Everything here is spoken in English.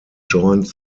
joined